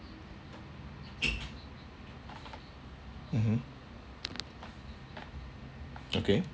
mmhmm okay